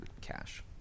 cash